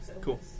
Cool